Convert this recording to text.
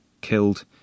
killed